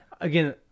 again